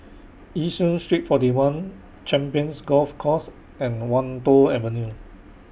Yishun Street forty one Champions Golf Course and Wan Tho Avenue